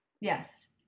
Yes